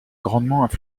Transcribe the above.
grandement